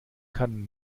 kann